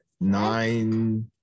nine